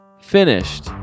finished